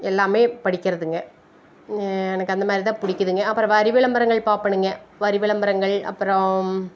எல்லாமே படிக்கிறதுங்க எனக்கு அந்த மாதிரிதான் பிடிக்குதுங்க அப்புறம் வரி விளம்பரங்கள் பார்ப்பணுங்க வரி விளம்பரங்கள் அப்புறம்